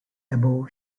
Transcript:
above